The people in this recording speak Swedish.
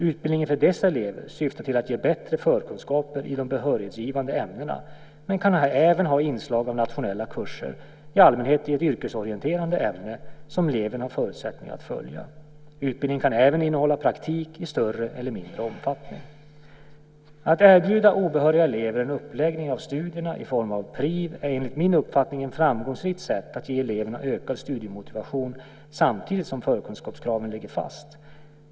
Utbildningen för dessa elever syftar till att ge bättre förkunskaper i de behörighetsgivande ämnena men kan även ha inslag av nationella kurser, i allmänhet i yrkesorienterande ämnen, som eleven har förutsättningar att följa. Utbildningen kan även innehålla praktik i större eller mindre omfattning. Att erbjuda obehöriga elever en uppläggning av studierna i form av PRIV är enligt min uppfattning ett framgångsrikt sätt att ge eleverna ökad studiemotivation samtidigt som förkunskapskraven ligger fast.